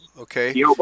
Okay